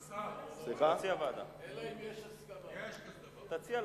תציע, לפרוטוקול,